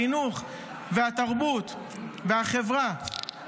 חינוך ותרבות וחברה,